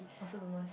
also where's